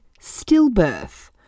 stillbirth